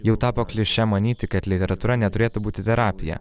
jau tapo kliše manyti kad literatūra neturėtų būti terapija